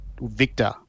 Victor